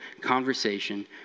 conversation